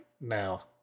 now